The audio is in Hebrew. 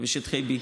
ושטחי B,